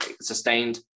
sustained